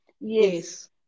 Yes